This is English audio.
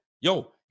yo